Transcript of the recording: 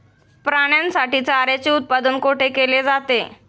प्राण्यांसाठी चाऱ्याचे उत्पादन कुठे केले जाते?